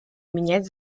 менять